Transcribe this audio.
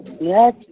Yes